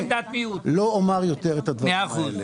חבר הכנסת גפני, לא אומר יותר את הדברים האלה.